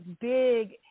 big